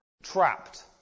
Trapped